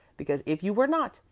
because if you were not,